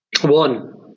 One